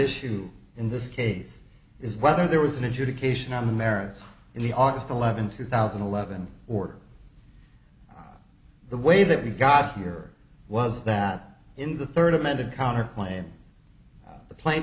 issue in this case is whether there was an adjudication on the merits in the august eleventh two thousand and eleven or the way that we got here was that in the third amended counterclaim the pla